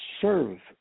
serve